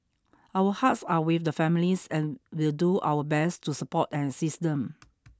our hearts are with the families and will do our best to support and assist them